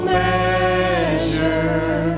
measure